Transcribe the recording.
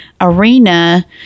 arena